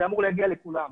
זה אמור להגיע לכולם.